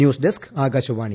news desk Akashvani